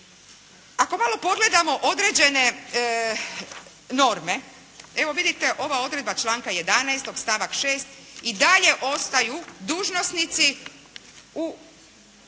Ako malo pogledamo određene norme, evo vidite ova odredba članka 11. stavak 6. i dalje ostaju dužnosnici u